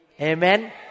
Amen